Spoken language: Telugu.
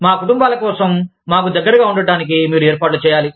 మా కుటుంబాల కోసం మాకు దగ్గరగా ఉండటానికి మీరు ఏర్పాట్లు చేయాలి